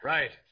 Right